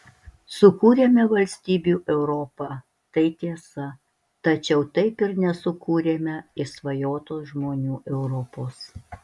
sukūrėme valstybių europą tai tiesa tačiau taip ir nesukūrėme išsvajotos žmonių europos